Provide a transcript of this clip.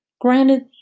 Granted